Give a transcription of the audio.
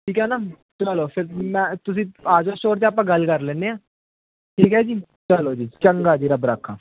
ਠੀਕ ਹੈ ਨਾ ਚਲੋ ਫ਼ਿਰ ਮੈਂ ਤੁਸੀਂ ਆ ਜੋ ਸਟੋਰ 'ਤੇ ਆਪਾਂ ਗੱਲ ਕਰ ਲੈਂਦੇ ਹਾਂ ਠੀਕ ਹੈ ਜੀ ਚਲੋ ਜੀ ਚੰਗਾ ਜੀ ਰੱਬ ਰਾਖਾ